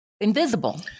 invisible